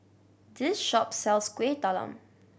this shop sells Kueh Talam